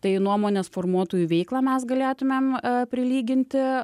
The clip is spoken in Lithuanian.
tai nuomonės formuotojų veiklą mes galėtumėm prilyginti